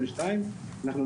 אתה אומר איך מייאשים אותם?